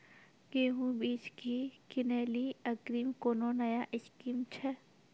गेहूँ बीज की किनैली अग्रिम कोनो नया स्कीम छ?